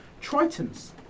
tritons